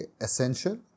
essential